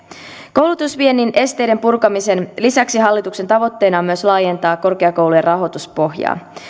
koulutusviennin esteiden purkamisen lisäksi hallituksen tavoitteena on laajentaa korkeakoulujen rahoituspohjaa